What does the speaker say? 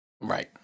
Right